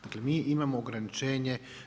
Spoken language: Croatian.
Dakle, mi imamo ograničenje.